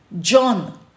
John